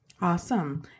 Awesome